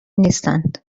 نیستند